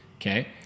okay